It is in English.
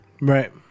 Right